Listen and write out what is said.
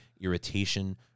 irritation